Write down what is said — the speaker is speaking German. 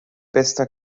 bester